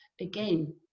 again